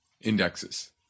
indexes